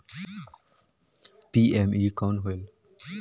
PME कौन होयल?